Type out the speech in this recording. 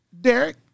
Derek